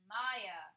Maya